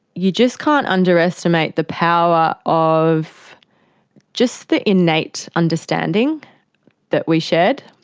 you just can't underestimate the power of just the innate understanding that we shared.